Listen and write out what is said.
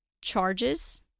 charges